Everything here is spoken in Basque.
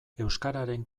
euskararen